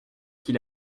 qu’il